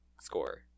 score